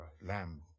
lamb